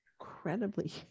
incredibly